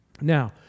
Now